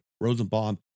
Rosenbaum